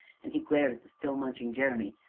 and he glared at the still munching jeremy,